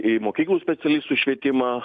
į mokyklų specialistų švietimą